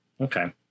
Okay